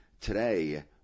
today